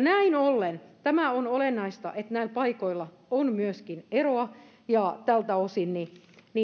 näin ollen on olennaista että näillä paikoilla on myöskin eroa ja tältä osin